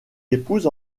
épouse